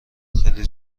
خیلی